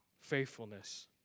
faithfulness